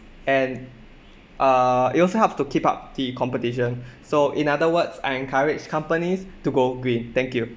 and uh it also helps to keep up the competition so in other words I encourage companies to go green thank you